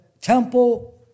temple